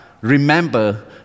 remember